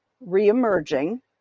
re-emerging